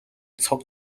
цог